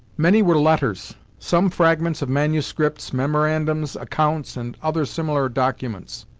many were letters some fragments of manuscripts, memorandums, accounts, and other similar documents.